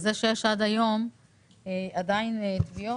וזה שעד היום יש עדיין תביעות,